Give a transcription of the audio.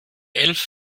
elf